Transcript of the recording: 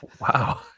Wow